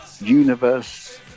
universe